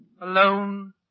Alone